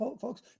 folks